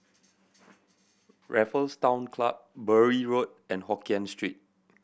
Raffles Town Club Bury Road and Hokien Street